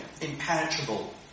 impenetrable